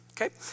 Okay